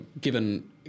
given